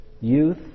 youth